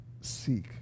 seek